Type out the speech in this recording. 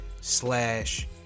slash